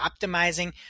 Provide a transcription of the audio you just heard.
Optimizing